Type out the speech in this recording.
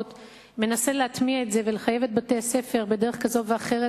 מנסה להטמיע את זה ולחייב את בתי-הספר בדרך כזו ואחרת,